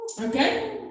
Okay